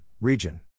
region